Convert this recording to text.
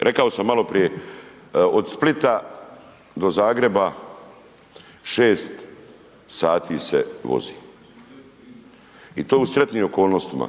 Rekao sam maloprije od Splita do Zagreba 6 sati se vozi i to u sretnim okolnostima.